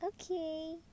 Okay